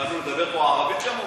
התחלנו לדבר פה ערבית, כמובן.